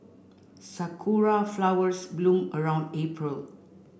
sakura flowers bloom around April